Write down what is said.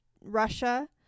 Russia